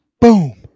Boom